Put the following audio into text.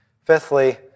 Fifthly